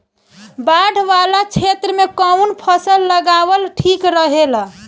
बाढ़ वाला क्षेत्र में कउन फसल लगावल ठिक रहेला?